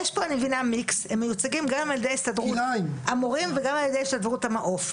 הם מיוצגים גם על ידי הסתדרות המורים וגם על ידי הסתדרות המעוף.